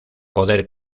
poder